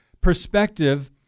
perspective